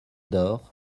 door